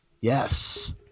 Yes